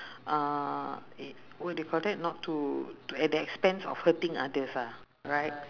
uh what do you call that not to to at the expense of hurting others ah right